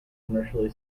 commercially